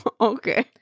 Okay